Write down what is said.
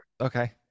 Okay